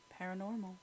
paranormal